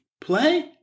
play